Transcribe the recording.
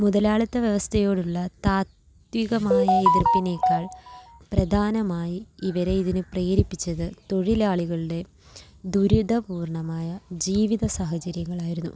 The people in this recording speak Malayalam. മുതലാളിത്ത വ്യവസ്ഥയോടുള്ള താത്ത്വികമായ എതിർപ്പിനേക്കാൾ പ്രധാനമായി ഇവരെ ഇതിനു പ്രേരിപ്പിച്ചത് തൊഴിലാളികളുടെ ദുരിതപൂർണമായ ജീവിത സാഹചര്യങ്ങളായിരുന്നു